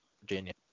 Virginia